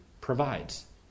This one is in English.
provides